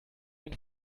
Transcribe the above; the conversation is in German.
den